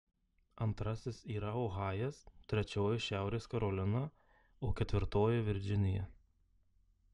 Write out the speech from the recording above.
antrasis yra ohajas trečioji šiaurės karolina o ketvirtoji virdžinija